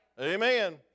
Amen